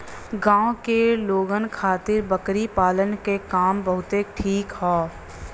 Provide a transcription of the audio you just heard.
गांव के लोगन खातिर बकरी पालना क काम बहुते ठीक हौ